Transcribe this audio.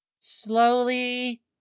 slowly